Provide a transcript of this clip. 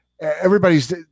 everybody's